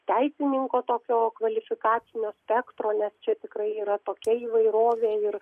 teisininko tokio kvalifikacinio spektro nes čia tikrai yra tokia įvairovė ir